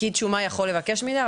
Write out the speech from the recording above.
פקיד שומה יכול לבקש מידע,